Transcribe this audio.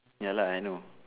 ya lah I know